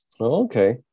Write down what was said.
okay